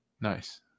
Nice